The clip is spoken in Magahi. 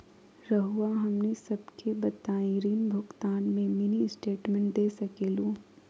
रहुआ हमनी सबके बताइं ऋण भुगतान में मिनी स्टेटमेंट दे सकेलू?